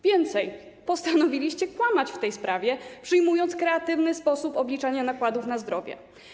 Więcej, postanowiliście kłamać w tej sprawie, przyjmując kreatywny sposób obliczania nakładów na zdrowie.